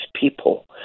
people